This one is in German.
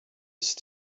ist